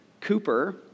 Cooper